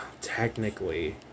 Technically